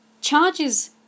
charges